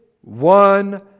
one